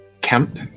camp